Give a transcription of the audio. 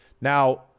Now